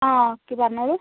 ആ ഓക്കേ പറഞ്ഞോളൂ